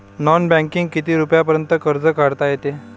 Non बँकिंगनं किती रुपयापर्यंत कर्ज काढता येते?